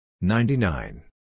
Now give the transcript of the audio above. ninety-nine